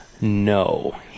No